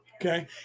Okay